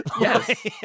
Yes